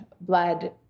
blood